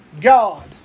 God